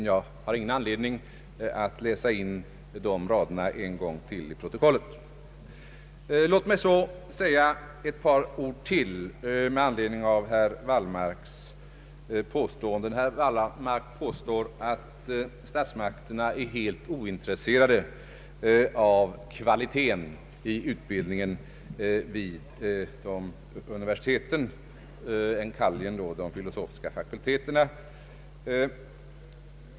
Jag har ingen anledning att läsa in de raderna en gång till i protokollet. Låt mig så säga ett par ord till med anledning av herr Wallmarks påståenden. Herr Wallmark sade att statsmakterna är helt ointresserade av kvaliteten i utbildningen vid universiteten, enkannerligen då de filosofiska fakulteterna.